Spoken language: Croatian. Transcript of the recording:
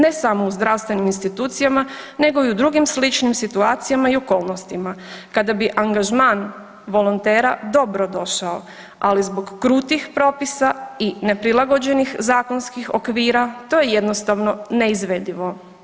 Ne samo u zdravstvenim institucijama nego i u drugim sličnim situacijama i okolnostima kada bi angažman volontera dobro došao, ali zbog krutih propisa i neprilagođenih zakonskih okvira to je jednostavno neizvedivo.